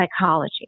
psychology